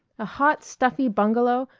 a hot stuffy bungalow,